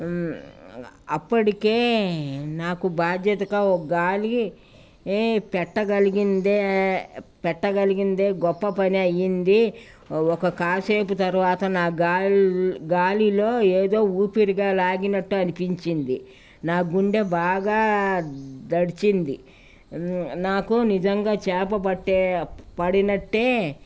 అప్పటికే నాకు బాధ్యతగా ఒక గాలి పెట్టగలిగిందే పెట్టగలిగిందే గొప్ప పని అయ్యింది ఒక కాసేపు తర్వాత నా గాల్ గాలిలో ఏదో ఊపిరిగా లాగినట్టు అనిపించింది నా గుండె బాగా దడిచింది నాకు నిజంగా చేప పట్టే పడినట్టే